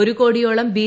ഒരു കോടിയോളം ബി